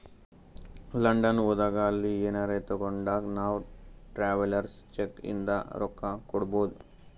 London ಹೋದಾಗ ಅಲ್ಲಿ ಏನರೆ ತಾಗೊಂಡಾಗ್ ನಾವ್ ಟ್ರಾವೆಲರ್ಸ್ ಚೆಕ್ ಇಂದ ರೊಕ್ಕಾ ಕೊಡ್ಬೋದ್